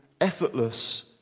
effortless